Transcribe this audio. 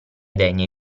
degne